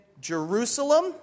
Jerusalem